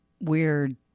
weird